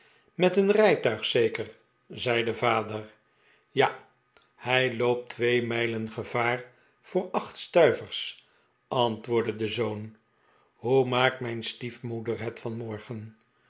met een rijtuig zeker zei de vader ja hij loopt twee mijlen gevaar voor acht stuivers antwoordde de zoon hoe maakt mijn stief moeder het vanmorgen